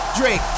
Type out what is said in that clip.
Drake